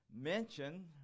mention